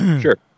Sure